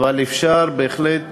אבל אפשר בהחלט